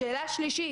שאלה שלישית.